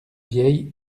veille